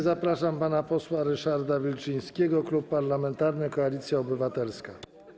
Zapraszam pana posła Ryszarda Wilczyńskiego, Klub Parlamentarny Koalicja Obywatelska.